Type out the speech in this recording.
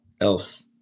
else